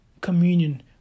communion